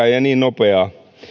ja niin nopeaa